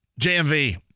JMV